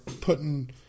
putting